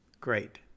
great